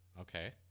okay